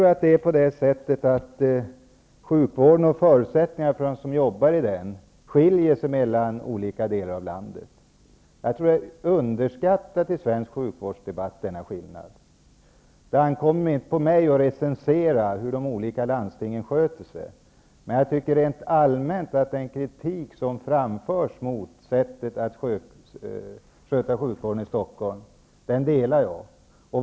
Jag tror att sjukvården och förutsättningarna för dem som jobbar i den skiljer sig i olika delar av landet. Den här skillnaden är enligt min mening underskattad i svensk sjukvårdsdebatt. Det ankommer inte på mig att recensera hur de olika landstingen sköter sig, men rent allmänt instämmer jag i den kritik som framförs mot sättet att sköta sjukvården i Stockholm.